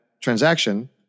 transaction